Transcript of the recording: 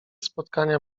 spotkania